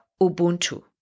Ubuntu